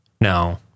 No